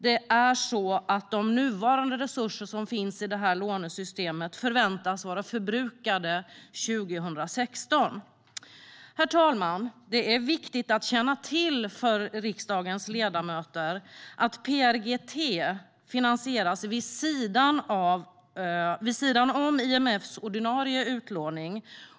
De nuvarande resurserna i lånesystemet förväntas vara förbrukade 2016. Herr talman! Det är viktigt att känna till för riksdagens ledamöter att PRGT finansieras vid sidan om IMF:s ordinarie utlåning.